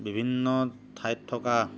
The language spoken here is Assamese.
বিভিন্ন ঠাইত থকা